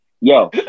yo